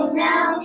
now